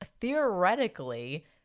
theoretically